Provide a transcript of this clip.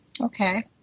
okay